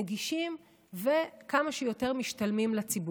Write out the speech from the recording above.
נגישים וכמה שיותר משתלמים לציבור.